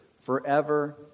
forever